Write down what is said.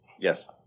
Yes